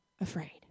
afraid